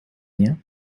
year